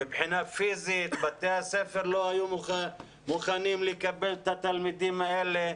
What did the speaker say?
מבחינה פיזית בתי הספר לא היו מוכנים לקבל את התלמידים האלה,